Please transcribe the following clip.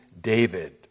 David